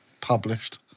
published